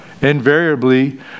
Invariably